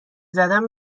زدم